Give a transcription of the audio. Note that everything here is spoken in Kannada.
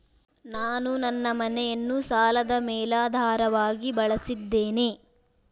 ನಾನು ನನ್ನ ಮನೆಯನ್ನು ಸಾಲದ ಮೇಲಾಧಾರವಾಗಿ ಬಳಸಿದ್ದೇನೆ